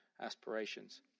aspirations